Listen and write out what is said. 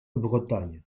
bretagne